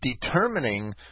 determining